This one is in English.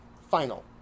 final